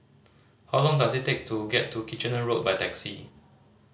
how long does it take to get to Kitchener Road by taxi